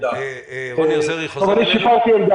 כן, רוני, דבר.